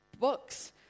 books